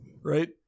Right